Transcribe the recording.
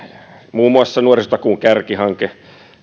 muun muassa nuorisotakuun kärkihanke